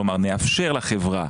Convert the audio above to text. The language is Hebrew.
כלומר, נאפשר לחברה